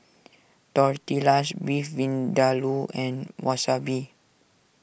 Tortillas Beef Vindaloo and Wasabi